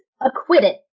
acquitted